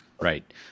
Right